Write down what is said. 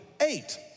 eight